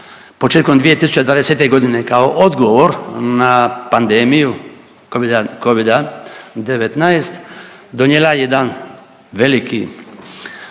početkom 2020.g. kao odgovor na pandemiju covida, covida-19 donijela jedan veliki